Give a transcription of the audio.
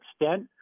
extent